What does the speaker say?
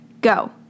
Go